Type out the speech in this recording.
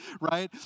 right